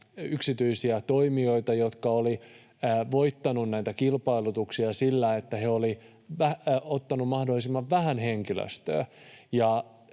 yksityisiä toimijoita, jotka olivat voittaneet näitä kilpailutuksia sillä, että he olivat ottaneet mahdollisimman vähän henkilöstöä.